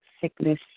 sickness